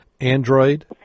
Android